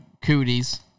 cooties